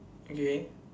okay